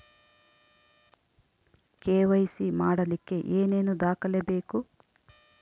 KYC ಮಾಡಲಿಕ್ಕೆ ಏನೇನು ದಾಖಲೆಬೇಕು?